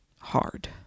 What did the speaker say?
hard